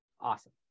Awesome